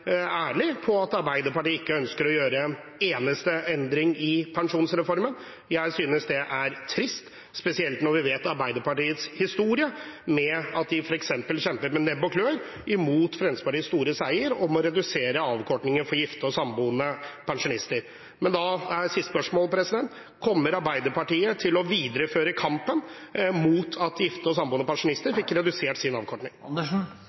ærlig på at Arbeiderpartiet ikke ønsker å gjøre en eneste endring i pensjonsreformen. Jeg synes det er trist, spesielt når vi kjenner Arbeiderpartiets historie – at de f.eks. kjempet med nebb og klør mot Fremskrittspartiets store seier om å redusere avkortingen for gifte og samboende pensjonister. Da er mitt siste spørsmål: Kommer Arbeiderpartiet til å videreføre kampen mot at gifte og samboende pensjonister fikk redusert sin